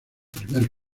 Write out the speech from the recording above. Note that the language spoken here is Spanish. primer